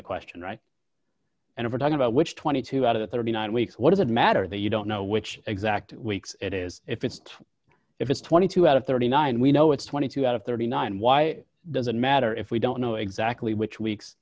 the question right and overdone about which twenty two out of the thirty nine weeks what does it matter that you don't know which exact weeks it is if it's if it's twenty two out of thirty nine we know it's twenty two out of thirty nine why does it matter if we don't know exactly which weeks